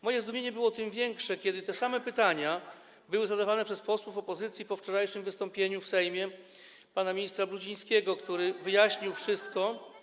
Moje zdumienie było tym większe, że te same pytania były zadawane przez posłów opozycji po wczorajszym wystąpieniu w Sejmie pana ministra Brudzińskiego, który wyjaśnił wszystko.